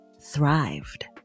thrived